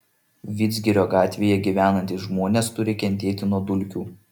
vidzgirio gatvėje gyvenantys žmonės turi kentėti nuo dulkių